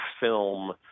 film